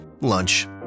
Lunch